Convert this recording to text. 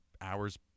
hours